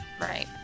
Right